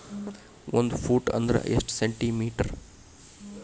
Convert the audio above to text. ಒಂದು ಫೂಟ್ ಅಂದ್ರ ಎಷ್ಟು ಸೆಂಟಿ ಮೇಟರ್?